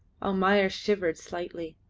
almayer shivered slightly.